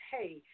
hey